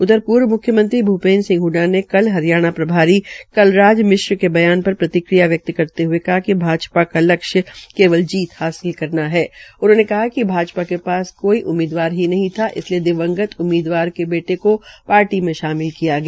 उधर पूर्व म्ख्यमंत्री भूपेन्द्र सिंह ह्डडा ने कल हरियाणा के प्रभारी कलराज मिश्र के बयान पर प्रतिक्रिया व्यक्त करते हये कहा कि भाजपा का लक्ष्य केवल जीत हासिल करना हण उन्होंने कहा कि भाजपा के पास कोई उममीदवार ही नहीं था इसलिये दिवंगत उम्मीदवार के बेटे को पार्टी में शामिल किया गया